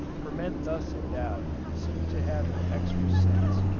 for men thus endowed seem to have an extra sense.